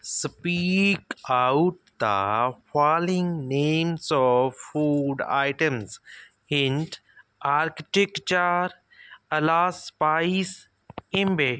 speak out the following names of food items hint artichoke allspice ਇੰਬੇ